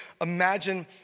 imagine